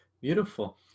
Beautiful